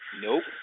Nope